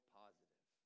positive